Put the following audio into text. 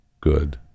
good